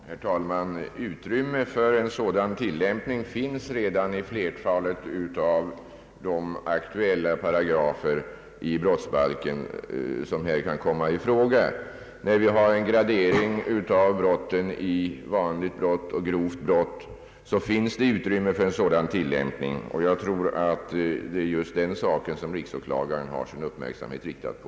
Herr talman! Utrymme för en sådan tillämpning finns redan i flertalet av de paragrafer i brottsbalken som här kan komma i fråga och där vi har en gradering av brotten i vanligt brott och grovt brott. Jag tror att det är just den möjligheten som riksåklagaren har sin uppmärksamhet riktad på.